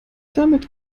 damit